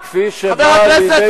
רגע, רגע,